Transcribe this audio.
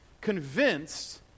convinced